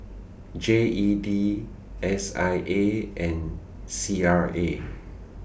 G E D S I A and C R A